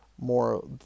more